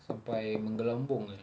sampai menggelembung eh